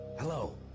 Hello